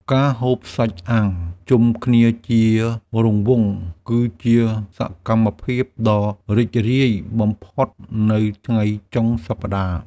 ការហូបសាច់អាំងជុំគ្នាជារង្វង់ គឺជាសកម្មភាពដ៏រីករាយបំផុតនៅថ្ងៃចុងសប្តាហ៍។